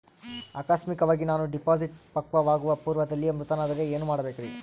ಆಕಸ್ಮಿಕವಾಗಿ ನಾನು ಡಿಪಾಸಿಟ್ ಪಕ್ವವಾಗುವ ಪೂರ್ವದಲ್ಲಿಯೇ ಮೃತನಾದರೆ ಏನು ಮಾಡಬೇಕ್ರಿ?